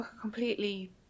completely